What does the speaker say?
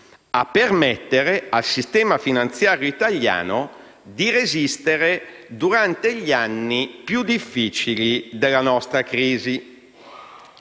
a permettere al sistema finanziario italiano di resistere durante gli anni più difficili della nostra crisi.